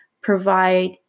provide